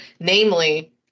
namely